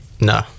No